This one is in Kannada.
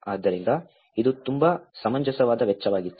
ಆದ್ದರಿಂದ ಇದು ತುಂಬಾ ಸಮಂಜಸವಾದ ವೆಚ್ಚವಾಗಿತ್ತು